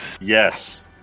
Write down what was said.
Yes